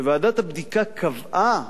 ועדת הבדיקה קבעה,